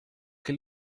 que